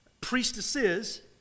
priestesses